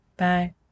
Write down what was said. Bye